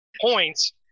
points